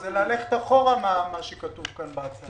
זה ללכת אחורה ממה שכתוב פה בהצעה.